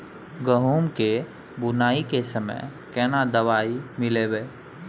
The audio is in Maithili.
गहूम के बुनाई के समय केना दवाई मिलैबे?